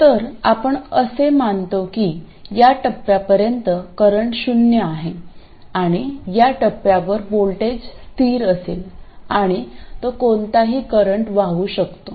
तर आपण असे मानतो की या टप्प्यापर्यंत करंट शून्य आहे आणि या टप्प्यावर व्होल्टेज स्थिर असेल आणि तो कोणताही करंट वाहू शकतो